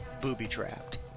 booby-trapped